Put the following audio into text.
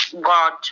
God